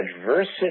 adversity